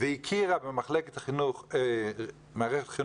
והכירה במחלקת חינוך ממלכתי-דתי,